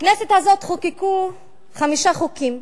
בכנסת הזאת חוקקו חמישה חוקים